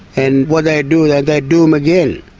and what they do like they do them again.